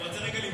כן.